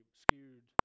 skewed